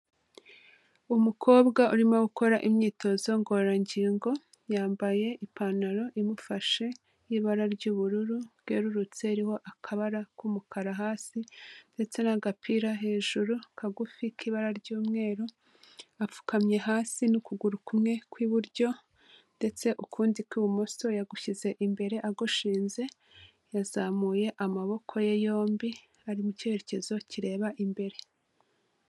Umukobwa urimo gukora imyitozo ngororangingo, yambaye ipantaro imufashe y'ibara ry'ubururu bwerurutse ririho akabara k'umukara hasi ,ndetse n'agapira hejuru kagufi k'ibara ry'umweru, apfukamye hasi n'ukuguru kumwe kw'iburyo ndetse ukundi kw'ibumoso yagushyize imbere agushinze, yazamuye amaboko ye yombi ari mu cyerekezo kireba imbere.